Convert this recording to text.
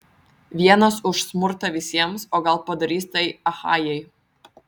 vienas už smurtą visiems o gal padarys tai achajai